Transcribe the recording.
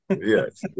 Yes